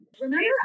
Remember